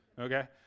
okay